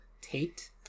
Tate